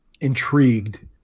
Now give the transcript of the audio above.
intrigued